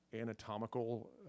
anatomical